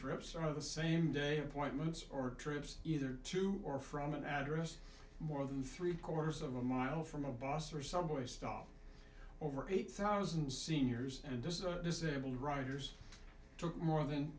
of the same day appointments or trips either to or from an address more than three quarters of a mile from a bus or subway stop over eight thousand seniors and this is a disabled riders took more than